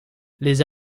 les